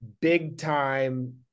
big-time